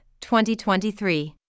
2023